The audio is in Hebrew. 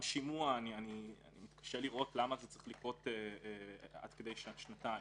גם שימוע קשה לראות למה זה צריך לקרות עד כדי שנתיים.